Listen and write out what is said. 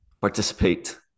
participate